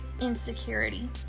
insecurity